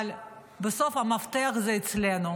אבל בסוף, המפתח אצלנו.